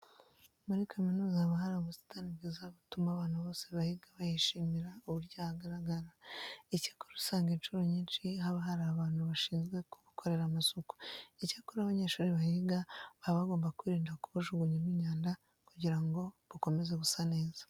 Muri kaminuza haba hari ubusitani bwiza butuma abantu bose bahiga bishimira uburyo hagaragara. Icyakora usanga incuro nyinshi haba hari abantu bashinzwe kubukorera amasuku. Icyakora abanyeshuri bahiga baba bagomba kwirinda kubujugunyamo imyanda kugira ngo bukomeze gusa neza.